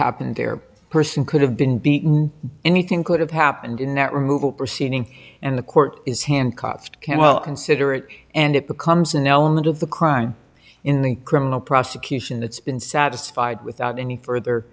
happened there a person could have been beaten anything could have happened in that removal proceeding and the court is handcuffed can well consider it and it becomes an element of the crime in the criminal prosecution that's been satisfied without any further